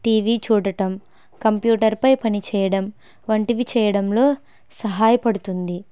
TV చూడటం కంప్యూటర్పై పని చేయడం వంటివి చేయడంలో సహాయపడుతుంది